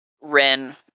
Ren